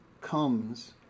comes